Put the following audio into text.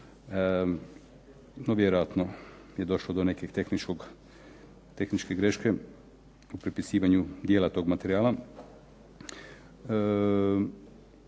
No, vjerojatno je došlo do nekakve tehničke greške u prepisivanju tog dijela materijala.